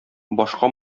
башка